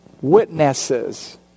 witnesses